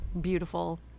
beautiful